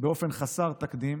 באופן חסר תקדים.